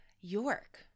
York